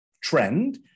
trend